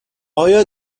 آیا